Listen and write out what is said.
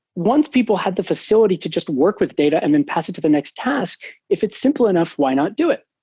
once people had the facility to just work with data and then pass it to the next task, if it's simple enough, why not do it?